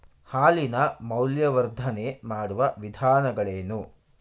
ಹಾಲಿನ ಮೌಲ್ಯವರ್ಧನೆ ಮಾಡುವ ವಿಧಾನಗಳೇನು?